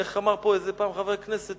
איך אמר פה פעם חבר כנסת?